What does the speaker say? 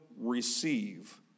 receive